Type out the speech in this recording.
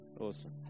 Awesome